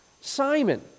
Simon